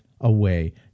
away